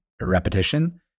repetition